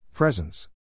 Presence